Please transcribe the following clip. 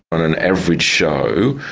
on an average show,